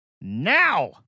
now